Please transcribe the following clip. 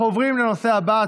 אנחנו עוברים לנושא הבא,